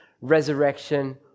resurrection